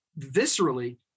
viscerally